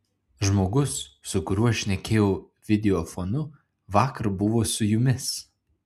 žmogus su kuriuo šnekėjau videofonu vakar buvo su jumis